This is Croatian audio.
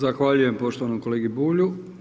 Zahvaljujem poštovanom kolegi Bulju.